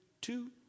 two